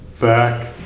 back